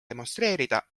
demonstreerida